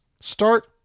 start